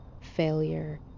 failure